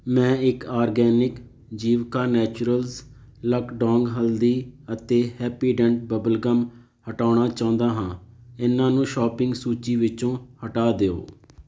ਮੈਂ ਇੱਕ organic Jeevika Naturals Lakadong ਹਲਦੀ ਅਤੇ ਹੈਪੀਡੈਂਟ ਬਬਲ ਗਮ ਹਟਾਉਣਾ ਚਾਹੁੰਦਾ ਹਾਂ ਇਹਨਾਂ ਨੂੰ ਸ਼ੋਪਿੰਗ ਸੂਚੀ ਵਿੱਚੋਂ ਹਟਾ ਦਿਉ